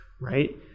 right